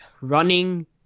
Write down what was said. running